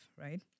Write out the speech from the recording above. right